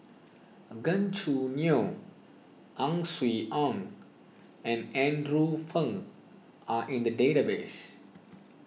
Gan Choo Neo Ang Swee Aun and Andrew Phang are in the database